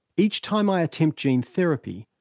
each time i attempt gene therapy,